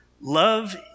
Love